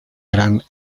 gran